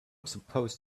supposed